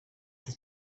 this